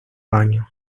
baño